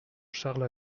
charles